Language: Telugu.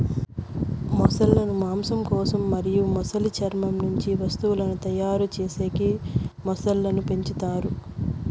మొసళ్ళ ను మాంసం కోసం మరియు మొసలి చర్మం నుంచి వస్తువులను తయారు చేసేకి మొసళ్ళను పెంచుతారు